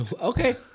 Okay